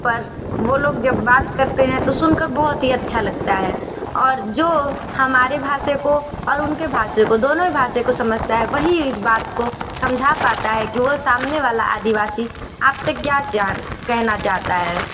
पर वह लोग जब बात करते हैं तो सुनकर बहुत ही अच्छा लगता है और जो हमारे भाषा को और उनके भाषा को दोनों ही भाषा को समझता है वही इस बात को समझा पता है कि वह सामने वाला आदिवासी आपसे क्या जान कहना चाहता है